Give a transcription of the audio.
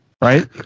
right